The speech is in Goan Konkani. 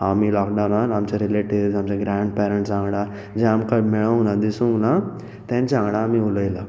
आमी लॉकडावनान आमचे रिलेटिव्ज आमचे ग्रॅणपॅरंट्सां वांगडा जे आमकां मेळूंक ना दिसूंक ना तांच्या वांगडा आमी उलयला